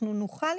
אנחנו נוכל,